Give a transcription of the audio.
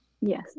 Yes